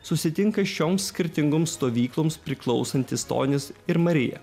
susitinka šioms skirtingoms stovykloms priklausantys tonis ir marija